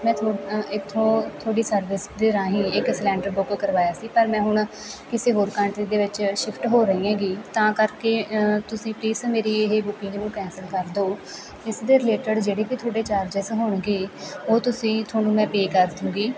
ਮੈਂ ਥੋ ਇੱਥੋਂ ਤੁਹਾਡੀ ਸਰਵਿਸ ਦੇ ਰਾਹੀਂ ਇੱਕ ਸਲੈਂਡਰ ਬੁੱਕ ਕਰਵਾਇਆ ਸੀ ਪਰ ਮੈਂ ਹੁਣ ਕਿਸੇ ਹੋਰ ਕੰਟਰੀ ਦੇ ਵਿੱਚ ਸ਼ਿਫਟ ਹੋ ਰਹੀ ਹੈਗੀ ਤਾਂ ਕਰਕੇ ਤੁਸੀਂ ਪਲੀਸ ਮੇਰੀ ਇਹ ਬੁਕਿੰਗ ਨੂੰ ਕੈਂਸਲ ਕਰ ਦਿਓ ਇਸ ਦੇ ਰਿਲੇਟਡ ਜਿਹੜੇ ਵੀ ਤੁਹਾਡੇ ਚਾਰਜਿਸ ਹੋਣਗੇ ਉਹ ਤੁਸੀਂ ਤੁਹਾਨੂੰ ਮੈਂ ਪੇਅ ਕਰ ਦੂੰਗੀ